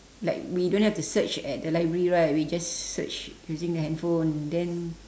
like we don't have to search at the library right we just search using handphone then